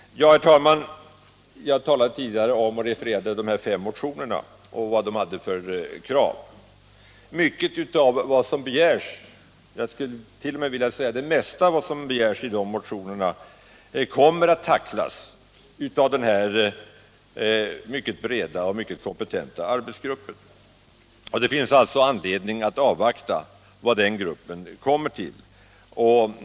Herr talman! Jag refererade tidigare till kraven i de fem motionerna i detta sammanhang. Mycket av vad som begärs — jag skulle t.o.m. vilja säga det mesta — i dessa motioner kommer att tacklas av denna mycket breda och kompetenta arbetsgrupp. Det finns alltså anledning att avvakta vilket resultat denna grupp kommer fram till.